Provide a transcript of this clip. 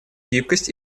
гибкость